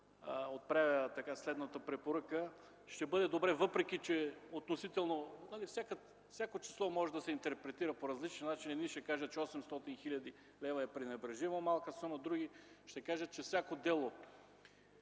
отправя следната препоръка. Ще бъде добре, въпреки че относително всяко число може да се интерпретира по различен начин. Едни ще кажат, че 800 хил. лв. е пренебрежимо малка сума. Други ще кажат, че всяко дело,